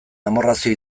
amorrazio